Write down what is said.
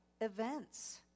events